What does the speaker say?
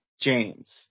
James